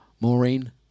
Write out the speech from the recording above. Maureen